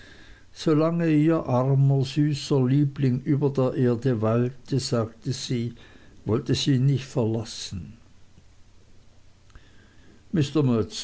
solange ihr armer süßer liebling über der erde weilte sagte sie wollte sie ihn nicht verlassen